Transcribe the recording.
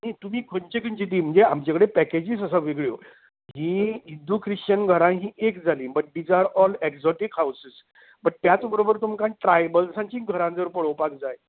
नी तुमी खंयची खंयची ती म्हणजे आमचे कडेन पॅकेजीस आसा वेगळ्यो जी हिंदू क्रिस्चन घरां ही एक जालीं but these are all exotic houses त्याच बरोबर तुमका ट्रायबल्सांची घरां जर पळोवपाक जाय